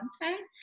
content